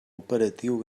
operatiu